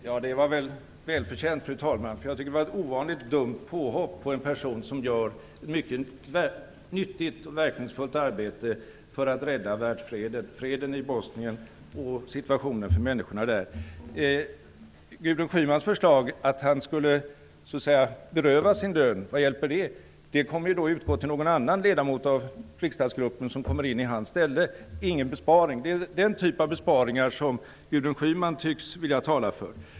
Fru talman! Jag tycker att det var ett ovanligt dumt påhopp på en person som gör ett mycket nyttigt och verkningsfullt arbete för att rädda världsfreden, freden i Bosnien och situationen för människorna där. Gudrun Schyman föreslår att han skulle berövas sin lön. Vad hjälper det? Den kommer då att utgå till någon annan ledamot av riksdagsgruppen som kommer in i hans ställe. Det är ingen besparing. Det är den typen av besparingar som Gudrun Schyman tycks vilja tala för.